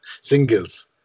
singles